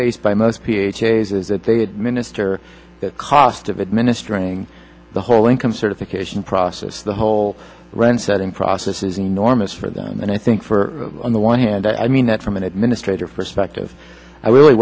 faced by most ph days is that they administer the cost of administering the whole income certification process the whole rent setting process is enormous for them and i think for on the one hand i mean that from an administrator for specter of i really